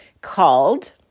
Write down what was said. called